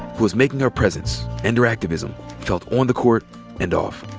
who is making her presence and her activism felt on the court and off.